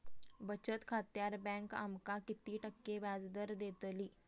बचत खात्यार बँक आमका किती टक्के व्याजदर देतली?